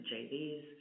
JVs